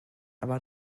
about